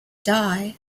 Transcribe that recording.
die